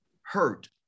hurt